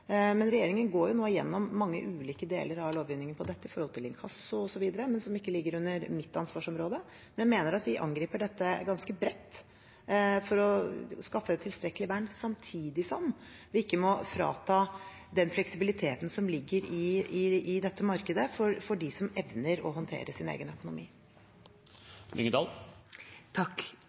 Regjeringen går nå gjennom mange ulike deler av lovgivningen for dette, som inkasso osv., men som ikke ligger under mitt ansvarsområde. Jeg mener at vi angriper dette ganske bredt for å skaffe et tilstrekkelig vern, samtidig som vi ikke må frata den fleksibiliteten som ligger i dette markedet for dem som evner å håndtere sin egen